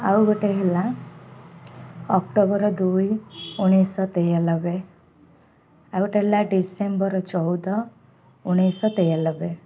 ଆଉ ଗୋଟେ ହେଲା ଅକ୍ଟୋବର୍ ଦୁଇ ଉଣେଇଶି ଶହ ତେୟାନବେ ଆଉ ଗୋଟେ ହେଲା ଡିସେମ୍ବର୍ ଚଉଦ ଉଣେଇଶି ଶହ ତେୟାନବେ